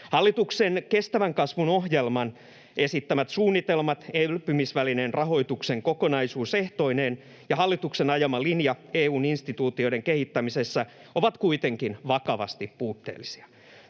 Hallituksen kestävän kasvun ohjelman esittämät suunnitelmat elpymisvälineen rahoituksen kokonaisuusehtoineen ja hallituksen ajama linja EU:n instituutioiden kehittämisessä ovat kuitenkin vakavasti puutteellisia.